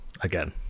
Again